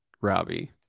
Robbie